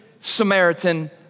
Samaritan